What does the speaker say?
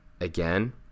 again